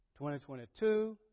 2022